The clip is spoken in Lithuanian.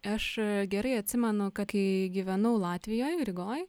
aš gerai atsimenu ka kai gyvenau latvijoj rygoj